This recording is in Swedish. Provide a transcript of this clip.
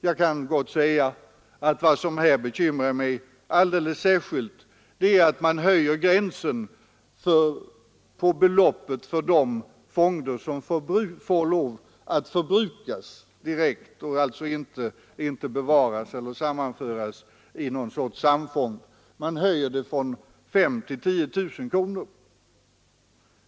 Jag kan gott säga att vad som särskilt bekymrar mig är tanken att höja gränsen för de fonder som får förbrukas från 5 000 till 10 000 kronor.